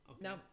No